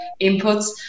inputs